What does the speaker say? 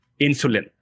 insulin